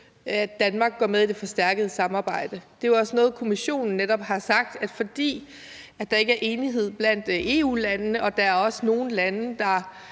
at Danmark går med i det forstærkede samarbejde. Det er også noget, Kommissionen netop har sagt, nemlig at man – fordi der ikke er enighed blandt EU-landene og der også er nogle lande, der,